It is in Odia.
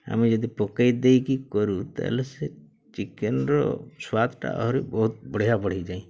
ଆମେ ଯଦି ପକାଇ ଦେଇକି କରୁ ତା'ହେଲେ ସେ ଚିକେନ୍ର ସ୍ୱାଦଟା ଆହୁରି ବହୁତ ବଢ଼ିଆ ବଢ଼ିଯାଏ